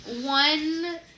one